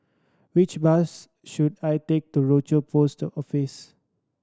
which bus should I take to Rochor Post Office